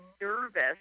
nervous